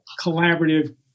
collaborative